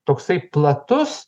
toksai platus